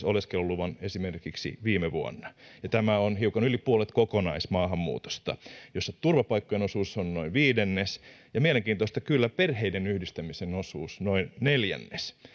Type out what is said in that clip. oleskeluluvan esimerkiksi viime vuonna tämä on hiukan yli puolet kokonaismaahanmuutosta jossa turvapaikkojen osuus on noin viidennes ja mielenkiintoista kyllä perheiden yhdistämisen osuus noin neljännes